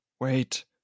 Wait